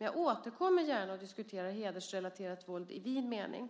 Jag återkommer gärna och diskuterar hedersrelaterat våld i vid mening.